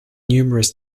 numerous